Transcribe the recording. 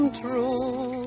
true